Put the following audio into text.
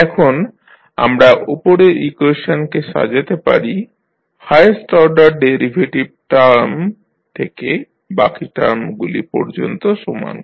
এখন আমরা ওপরের ইকুয়েশনকে সাজাতে পারি হায়েস্ট অর্ডার ডেরিভেটিভ টার্ম থেকে বাকি টার্মগুলি পর্যন্ত সমান করে